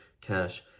cash